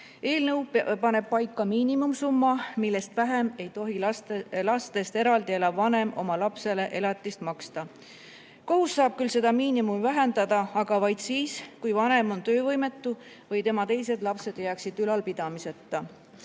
Eelnõu paneb paika miinimumsumma, millest vähem ei tohi lastest eraldi elav vanem oma lapsele elatist maksta. Kohus saab küll seda miinimumi vähendada, aga vaid siis, kui vanem on töövõimetu või tema teised lapsed jääksid ülalpidamiseta.